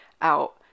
out